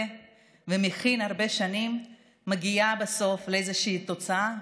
ומכין הרבה שנים מגיעה בסוף לאיזושהי תוצאה,